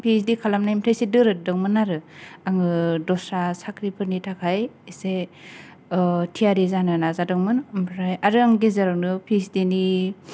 P ओइस डि खालामनायनिफ्राय एसे दोरोददोंमोन आरो आङो दस्रा साख्रिफोरनि थाखाय एसे थियारि जानो नाजादोंमोन ओमफ्राय आरो आं गेजेरावनो पि ओइस डि नि